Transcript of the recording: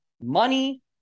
money